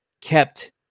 kept